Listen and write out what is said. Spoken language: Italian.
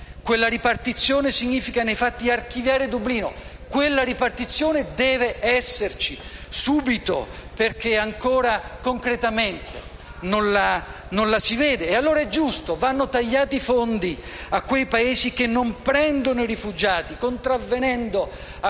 Quella ripartizione significa nei fatti archiviare Dublino; quella ripartizione deve esserci subito perché ancora concretamente non la si vede. È necessario tagliare i fondi a quei Paesi che non prendono i rifugiati contravvenendo